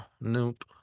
Nope